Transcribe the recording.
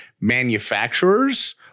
manufacturers